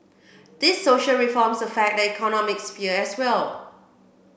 these social reforms affect the economic sphere as well